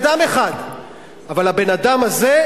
בני-זוג מאותו מין),